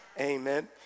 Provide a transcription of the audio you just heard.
Amen